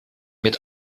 mit